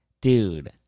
Dude